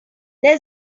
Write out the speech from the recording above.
there